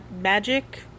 magic